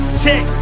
tick